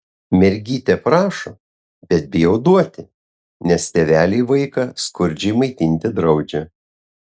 mergytė prašo bet bijau duoti nes tėveliai vaiką skurdžiai maitinti draudžia